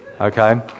Okay